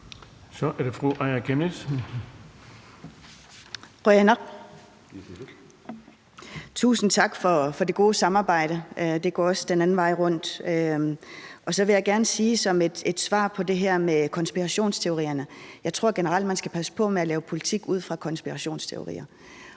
(IA): Qujanaq. Tusind tak for det gode samarbejde, og det går også den anden vej rundt. Så vil jeg også gerne som et svar på det her med konspirationsteorierne sige, at jeg generelt tror, at man skal passe på med at lave politik ud fra konspirationsteorier.